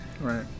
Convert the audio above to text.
Right